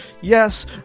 Yes